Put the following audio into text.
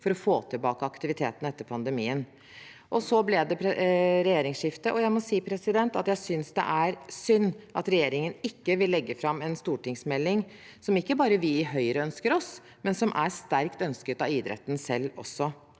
for å få tilbake aktiviteten etter pandemien. Så ble det regjeringsskifte. Jeg må si at jeg synes det er synd at regjeringen ikke vil legge fram en stortingsmelding, som ikke bare vi i Høyre ønsker oss, men som er sterkt ønsket også av idretten selv.